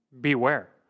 beware